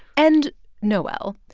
and noel,